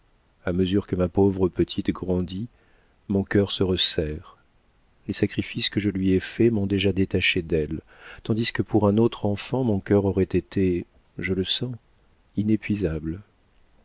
à mesure que ma pauvre petite grandit mon cœur se resserre les sacrifices que je lui ai faits m'ont déjà détachée d'elle tandis que pour un autre enfant mon cœur aurait été je le sens inépuisable